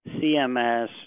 CMS